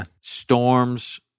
storms